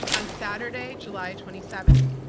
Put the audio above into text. on saturday, july twenty seventh.